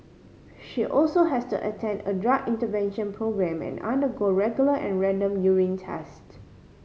she also has to attend a drug intervention programme and undergo regular and random urine test